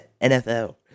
NFL